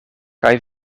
kaj